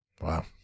wow